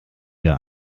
ihr